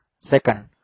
Second